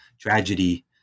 tragedy